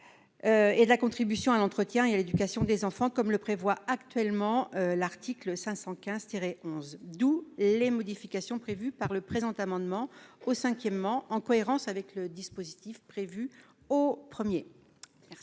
de la contribution à l'entretien et à l'éducation des enfants, comme le prévoit actuellement l'article 515-11 ; d'où les modifications prévues par le présent amendement au 5° dudit article, en cohérence avec le dispositif prévu au 1° de